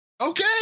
Okay